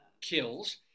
kills